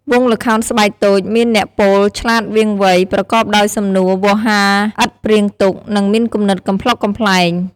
វង់ល្ខោនស្បែកតូចមានអ្នកពោលឆ្លាតវាងវៃ ប្រកបដោយសំនួនវោហារឥតព្រាងទុក និងមានគំនិតកំប្លុកកំប្លែង។